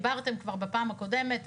דיברתם כבר בפעם הקודמת,